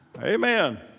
Amen